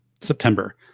September